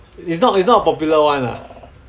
it's not it's not a popular one lah